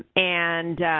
and,